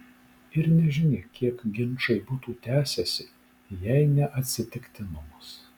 ir nežinia kiek ginčai būtų tęsęsi jei ne atsitiktinumas